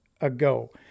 ago